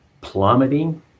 plummeting